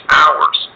hours